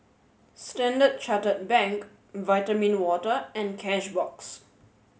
standard Chartered Bank Vitamin Water and Cashbox